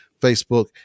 Facebook